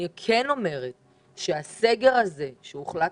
אני כן אומרת שהסגר הזה שעליו הוחלט